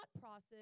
process